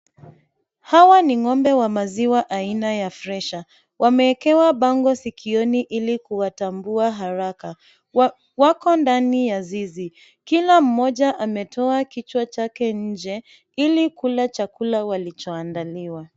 Hawa ni ng'ombe wa maziwa aina ya Fresian, wameekewa bango sikioni ili kuwatambua haraka. Wako ndani ya zizi, kila mmoja ametoa kichwa chake nje ili kula chakula walichoandaliwa.